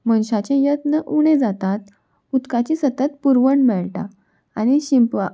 मनशाचे यत्न उणें जातात उदकाची सतत पुरवण मेळटा आनी शिंप